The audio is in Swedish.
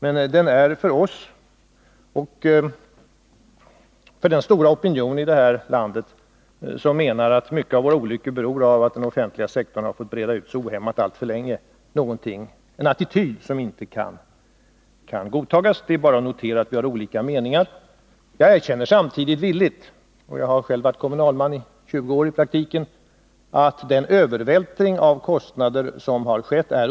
Men det är för oss — och för den stora opinion i detta land som menar att många av våra problem beror på att den offentliga sektorn alltför länge har fått breda ut sig ohämmat — en attityd som inte kan godtas. Det är bara att notera att vi här har olika meningar. Jag erkänner samtidigt villigt — jag har själv varit kommunalman i 20 år — att det odiskutabelt har skett en övervältring av kostnader.